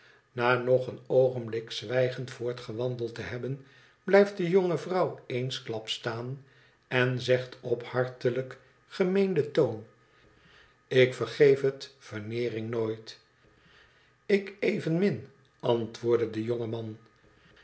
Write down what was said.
na nog een oogenblik zwijgend voortgewandeld te hebben blijft de jonge vrouw eensklaps staan en zegt op hartelijk gemeenden toon ik vergeef het veneering nooit i ik evenmin antwoordde de jonge man